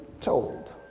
told